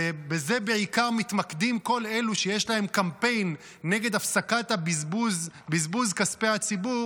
ובזה בעיקר מתמקדים כל אלו שיש להם קמפיין נגד הפסקת בזבוז כספי הציבור,